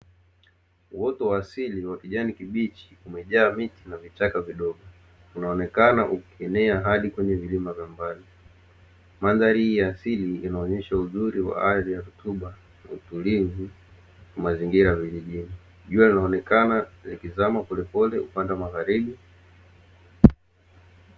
Uoto wa asili wa kijani kibichi umejaa miti na vitaka vidogo unaonekana ukienea hadi kwenye kwenye vilima vya mbali mandhari ya asili inaonyesha uzuri wa hali mtumba jua linaonekana likizama polepole upande wa magharibi.